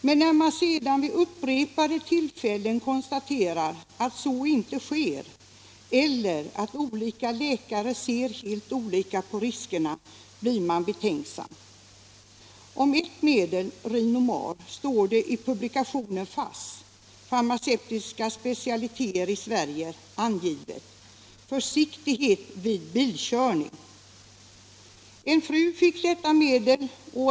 Men när man sedan vid upprepade tillfällen konstaterar att så inte sker — eller att olika läkare ser helt olika på riskerna — blir man betänksam. En fru fick detta medel.